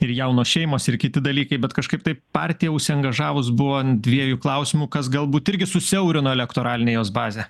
ir jaunos šeimos ir kiti dalykai bet kažkaip tai partija užsiangažavus buvo ant dviejų klausimų kas galbūt irgi susiaurino elektoralinę jos bazę